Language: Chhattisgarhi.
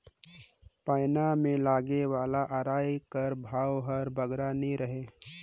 पैना मे लगे वाला अरई कर भाव हर बगरा नी रहें